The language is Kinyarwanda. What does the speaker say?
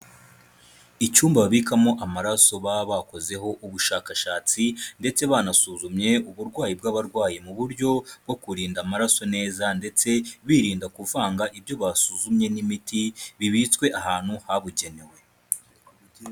Icyumba babikamo amaraso baba bakozeho ubushakashatsi ndetse banasuzumye uburwayi bw'abarwayi mu buryo bwo kurinda amaraso neza, ndetse birinda kuvanga ibyo basuzumye n'imiti bibitswe ahantu habugenewe.